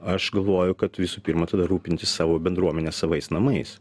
aš galvoju kad visų pirma tada rūpintis savo bendruomenės savais namais